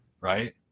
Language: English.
right